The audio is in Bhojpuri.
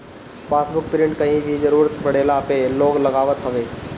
पासबुक प्रिंट के कहीं भी जरुरत पड़ला पअ लोग लगावत हवे